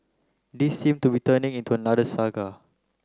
this seem to be turning into another saga